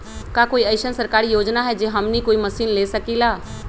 का कोई अइसन सरकारी योजना है जै से हमनी कोई मशीन ले सकीं ला?